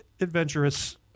adventurous